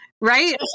Right